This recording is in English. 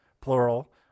plural